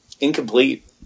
incomplete